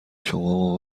شما